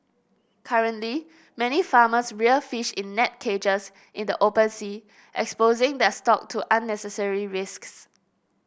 currently many farmers rear fish in net cages in the open sea exposing their stock to unnecessary risks